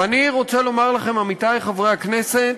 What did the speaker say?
ואני רוצה לומר לכם, עמיתי חברי הכנסת,